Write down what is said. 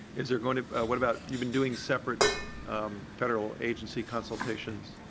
is there going what about you've been doing separate federal agency consultations.